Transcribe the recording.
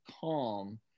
calm